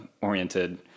oriented